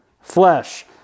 flesh